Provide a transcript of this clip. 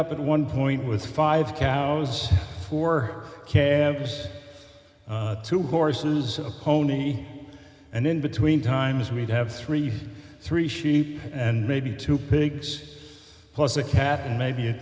up at one point was five cows for campers two horses a pony and in between times we'd have three three sheep and maybe two pigs plus a cat and maybe